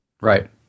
Right